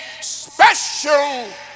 special